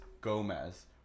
Gomez